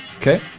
Okay